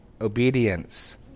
Obedience